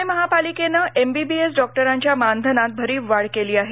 पुणे महापालिकेनं एमबीबीएस डॉक्टरांच्या मानधनात भरीव वाढ केली आहे